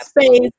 space